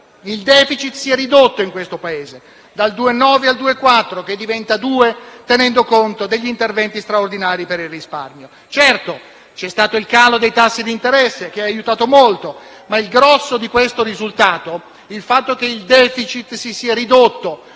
il *deficit* si è ridotto in questo Paese dal 2,9 al 2,4 per cento, che diventa 2 per cento tenendo conto degli interventi straordinari per il risparmio. Certo, c'è stato il calo dei tassi di interesse che ha aiutato molto, ma il grosso di questo risultato, il fatto che il *deficit* si sia ridotto